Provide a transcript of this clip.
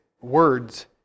words